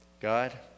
God